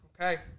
okay